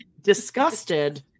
disgusted